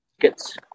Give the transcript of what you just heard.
tickets